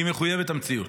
שהיא מחויבת המציאות,